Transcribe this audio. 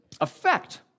effect